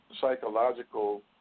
psychological